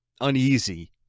uneasy